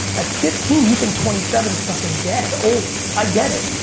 at fifteen you think twenty seven s fucking dead, old. i get it.